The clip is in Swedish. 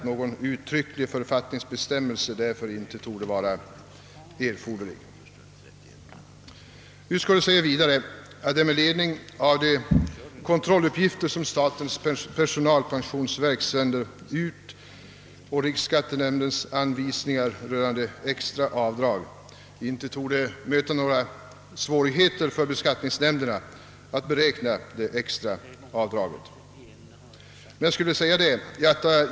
Någon uttrycklig författningsbestämmelse härom torde inte vara erforderlig.» Utskottet skriver vidare att det med ledning av de kontrolluppgifter, som statens personalpensionsverk sänder ut samt med tillämpning av riksskattenämndens anvisningar rörande extra avdrag inte torde möta några svårigheter för beskattningsnämnderna att beräkna det extra avdraget.